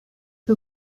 who